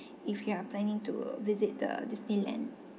if you are planning to visit the Disneyland